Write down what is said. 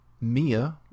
Mia